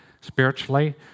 Spiritually